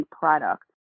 product